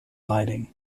lighting